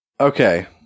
Okay